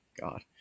God